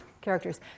characters